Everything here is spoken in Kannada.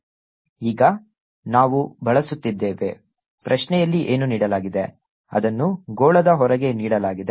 S R62sinθ3r50 ಈಗ ನಾವು ಬಳಸುತ್ತಿದ್ದೇವೆ ಪ್ರಶ್ನೆಯಲ್ಲಿ ಏನು ನೀಡಲಾಗಿದೆ ಅದನ್ನು ಗೋಳದ ಹೊರಗೆ ನೀಡಲಾಗಿದೆ